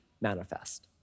manifest